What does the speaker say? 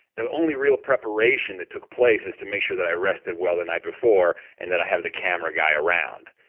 the only real preparation that took place is to make sure that i rested well the night before, and that i have the camera guy around.